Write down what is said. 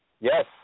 Yes